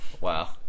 Wow